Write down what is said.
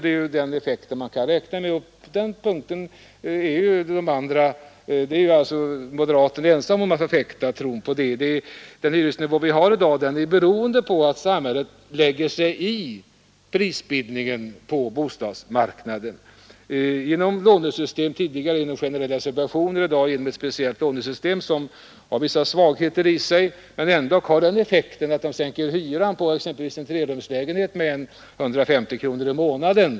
Det är den effekt man kan räkna med, och moderaterna är som sagt ensamma om att förfäkta tron på det motsatta. — Den hyresnivå vi har i dag är nämligen beroende på att samhället lägger sig i prisbildningen på bostadsmarknaden genom lånesystem; tidigare skedde det genom generella subventioner och i dag tillämpas ett speciellt lånesystem, som väl har vissa svagheter men som ändå har den effekten att det sänker hyran på exempelvis en trerumslägenhet med 150 kronor i månaden.